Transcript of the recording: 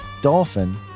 dolphin